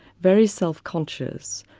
very self-conscious,